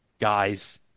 guys